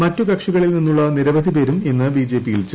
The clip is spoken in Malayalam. മറ്റ് കക്ഷികളിൽ നിന്നുള്ള നിരവധി പേരും ഇന്ന് ബിജെപിയിൽ ചേർന്നു